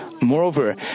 Moreover